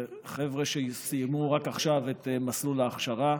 זה חבר'ה שסיימו רק עכשיו את מסלול ההכשרה,